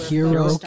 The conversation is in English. Hero